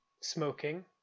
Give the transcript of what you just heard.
smoking